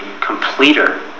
completer